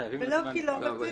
ולא כי לא רציתי.